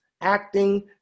acting